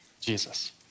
Jesus